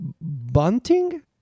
bunting